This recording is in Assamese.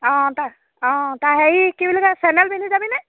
অঁ তাৰ অঁ তাৰ হেৰি কি বুলি কয় চেন্দেল পিন্ধি যাবিনে